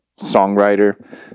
songwriter